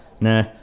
Nah